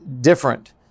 different